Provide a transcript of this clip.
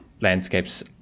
landscapes